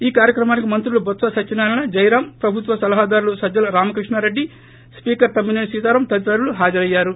ఈ కార్యక్రమానికి మంత్రులు బొత్స సత్యనారాయణ జయరామ్ ప్రభుత్వ సలహాదారు సజ్టల రామకృష్ణారెడ్డి స్పీకర్ తమ్మినేని సీతారం తదితరులు హజరయ్యారు